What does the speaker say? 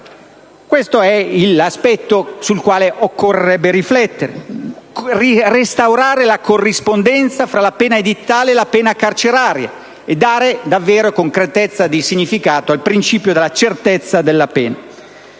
questo un aspetto sul quale occorrerebbe riflettere: restaurare la corrispondenza tra la pena edittale e la pena carceraria, e dare davvero concretezza di significato al principio della certezza della pena.